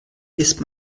ist